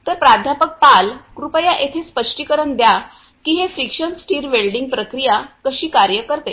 तर प्राध्यापक पाल कृपया येथे स्पष्टीकरण द्या की हे फ्रिक्शन स्ट्रार वेल्डिंग प्रक्रिया कशी कार्य करते